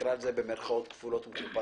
שנקרא לו במירכאות כפולות ומכופלות: